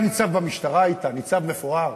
אתה היית נציב במשטרה, ניצב מפואר,